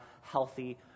healthy